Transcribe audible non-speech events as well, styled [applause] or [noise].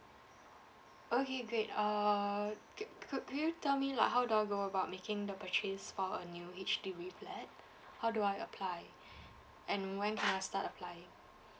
okay great err could could could you tell me like how do I go about making the purchase for a new H_D_B flat how do I apply [breath] and when can I start applying